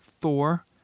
Thor